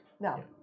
no